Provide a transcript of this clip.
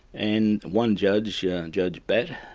and one judge, yeah and judge batt,